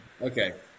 Okay